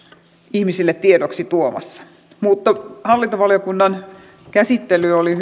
ihmisille tiedoksi tuomassa hallintovaliokunnan käsittely oli